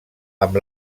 amb